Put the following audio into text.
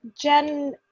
Gen